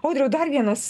audriau dar vienas